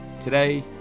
Today